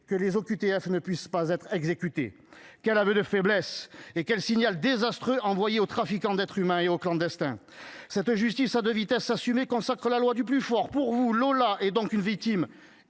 français (OQTF) ne puissent pas être exécutées ? Quel aveu de faiblesse et quel signal désastreux envoyé aux trafiquants d'êtres humains et aux clandestins ! Cette justice à deux vitesses assumée consacre la loi du plus fort. Pour vous, Lola est donc une victime